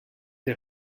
der